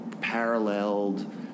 paralleled